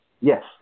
Yes